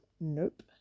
Nope